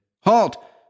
HALT